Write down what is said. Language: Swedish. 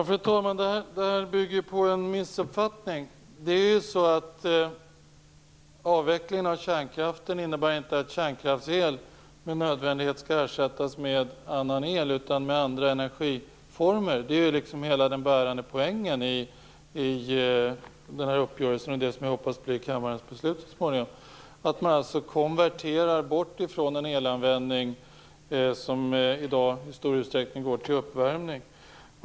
Fru talman! Det där bygger på en missuppfattning. Avvecklingen av kärnkraften innebär inte att kärnkraftsel med nödvändighet skall ersättas med annan el utan med andra energiformer. Det är den bärande poängen i den uppgörelse som jag hoppas blir kammarens beslut så småningom. Man konverterar från en elanvändning som i stor utsträckning utgörs av uppvärmning.